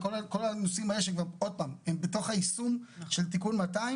כל הנושאים האלה שהם בתוך היישום של תיקון 200,